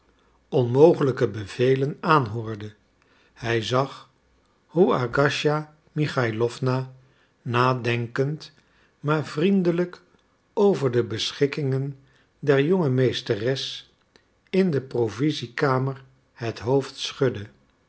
onmogelijke bevelen aanhoorde hij zag hoe agasija michaïlowna nadenkend maar vriendelijk over de beschikkingen der jonge meesteres in de provisiekamer het hoofd schudde